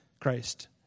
Christ